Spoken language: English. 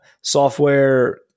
software